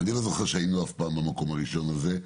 אני לא זוכר שהיינו אף פעם במקום הראשון הזה,